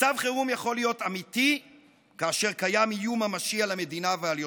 מצב חירום יכול להיות אמיתי כאשר קיים איום ממשי על המדינה ועל יושביה,